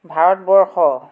Bharatvarsha